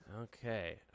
Okay